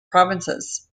provinces